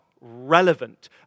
relevant